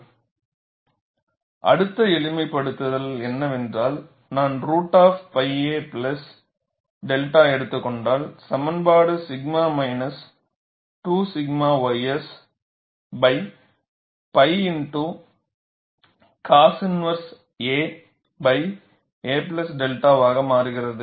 எனவே அடுத்த எளிமைப்படுத்தல் என்னவென்றால் நான் root of pi a plus 𝛅 எடுத்துக் கொண்டால் சமன்பாடு 𝛔 minus 2 𝛔 ys pi x cos inverse a a 𝛅 0 ஆக மாறுகிறது